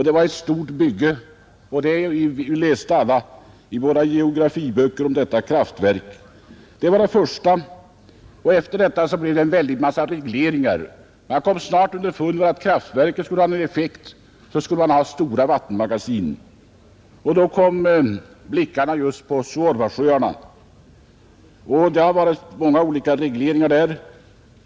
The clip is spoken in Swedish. Det var ett stort bygge, och vi läste alla i våra geografiböcker om detta kraftverk. Därefter blev det en massa regleringar. Man kom snart underfund med att om kraftverken skulle ge någon effekt så måste man ha stora vattenmagasin. Då riktades blickarna på Suorvasjöarna. Det har där gjorts många olika regleringar.